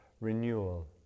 renewal